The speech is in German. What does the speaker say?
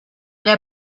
der